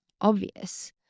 Obvious